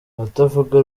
abatavuga